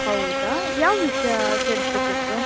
ಹೌದ ಯಾವ ವಿಷಯ ಸೇರಿಸ್ಲಿಕ್ಕಿತ್ತು